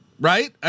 right